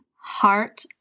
heart